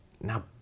Now